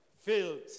filled